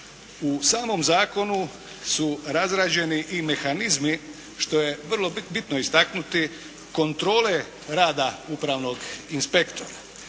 U samom zakonu su razrađeni i mehanizmi što je vrlo bitno istaknuti, kontrole rada upravnog inspektora.